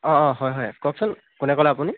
অঁ অঁ হয় হয় কওকচোন কোনে ক'লে আপুনি